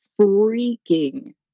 Freaking